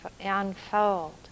unfold